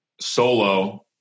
solo